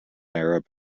arab